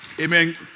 Amen